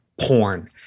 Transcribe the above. Porn